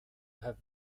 have